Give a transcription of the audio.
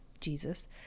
Jesus